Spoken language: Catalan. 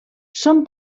són